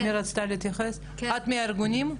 את מהארגונים?